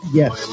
yes